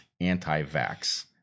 anti-vax